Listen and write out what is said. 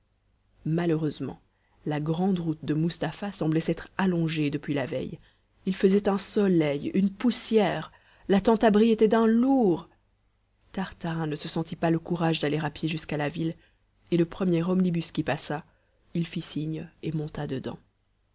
malheureusement la grande route de mustapha semblait s'être allongée depuis la veille il faisait un soleil une poussière la tente abri était d'un lourd tartarin ne se sentit pas le courage d'aller à pied jusqu'à la ville et le premier omnibus qui passa il fit signe et monta dedans